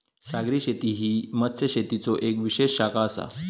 सागरी शेती ही मत्स्यशेतीचो येक विशेष शाखा आसा